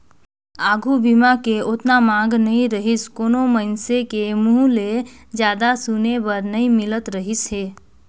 आघू बीमा के ओतना मांग नइ रहीसे कोनो मइनसे के मुंहूँ ले जादा सुने बर नई मिलत रहीस हे